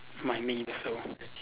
my me also